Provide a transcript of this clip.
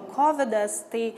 kovidas tai